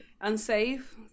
Unsafe